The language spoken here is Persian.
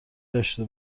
داشته